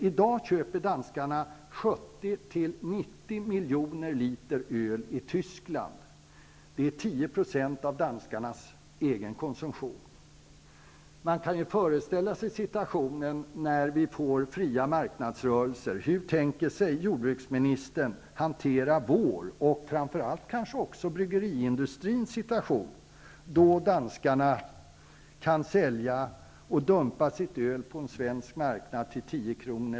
I dag köper danskarna 70--90 miljoner liter öl i Tyskland. Det är 10 % av danskarnas egen konsumtion. Man kan ju föreställa sig situationen när vi får fria marknadsrörelser. Hur tänker sig jordbruksministern hantera vår, och framför allt kanske bryggeriindustrins situation, när danskarna kan sälja och dumpa sitt öl på en svensk marknad till 10 kr.